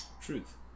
Truth